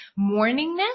morningness